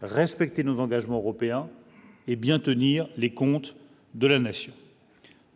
Respecter nos engagements européens et bien tenir les comptes de la nation,